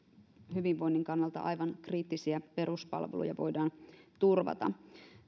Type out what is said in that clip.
hyvinvoinnin kannalta aivan kriittisiä peruspalveluja voidaan turvata